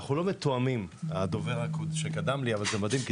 אני והדובר הקודם לא מתואמים.